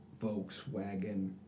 Volkswagen